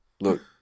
Look